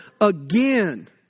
again